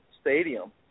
Stadium